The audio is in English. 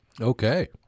Okay